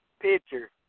picture